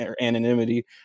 anonymity